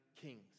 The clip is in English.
kings